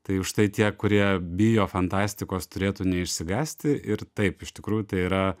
tai užtai tie kurie bijo fantastikos turėtų neišsigąsti ir taip iš tikrųjų tai yra